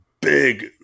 big